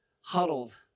huddled